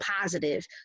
positive